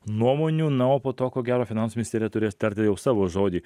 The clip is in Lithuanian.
nuomonių na o po to ko gero finansų ministerija turės tarti savo žodį